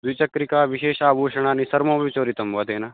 द्विचक्रिका विशेषाभूषणानि सर्वमपि चोरितं वा तेन